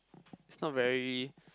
is not very